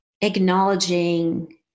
acknowledging